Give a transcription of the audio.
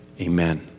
amen